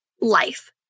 life